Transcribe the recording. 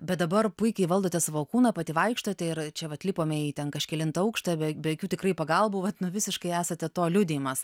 bet dabar puikiai valdote savo kūną pati vaikštote ir čia vat lipome į ten kažkelintą aukštą be jokių tikrai pagalbų vat nu visiškai esate to liudijimas